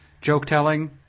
joke-telling